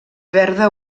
verda